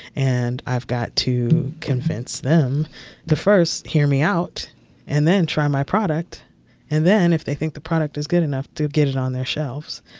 and i've got to convince them to, first, hear me out and then try my product and then, if they think the product is good enough, to get it on their shelves.